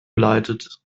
geleitet